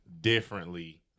differently